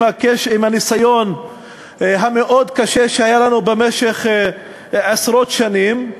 עם הניסיון המאוד-קשה שהיה לנו אתו במשך עשרות שנים,